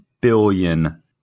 billion